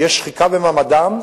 יש שחיקה במעמדם,